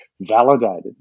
validated